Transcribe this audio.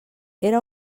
era